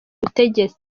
butegetsi